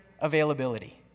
availability